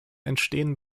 entstehen